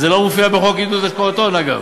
זה לא מופיע בחוק עידוד השקעות הון, אגב.